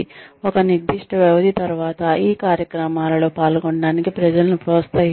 ఒక నిర్దిష్ట వ్యవధి తర్వాత ఈ కార్యక్రమాలలో పాల్గొనడానికి ప్రజలను ప్రోత్సహిస్తారు